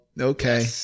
okay